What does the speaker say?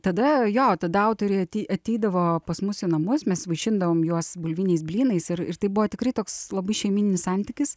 tada jo tada autoriai atei ateidavo pas mus į namus mes vaišindavom juos bulviniais blynais ir ir tai buvo tikrai toks labai šeimyninis santykis